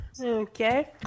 Okay